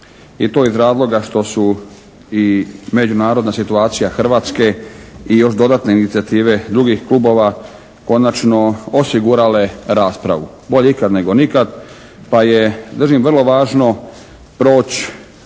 i to iz razloga što su i međunarodna situacija Hrvatske i još dodatne inicijative drugih klubova konačno osigurale raspravu. Bolje ikad nego nikad pa je, držim, vrlo važno proći